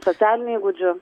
socialinių įgūdžių